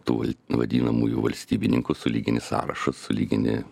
tų vadinamųjų valstybininkų sulygini sąrašus sulygini